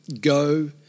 Go